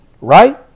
right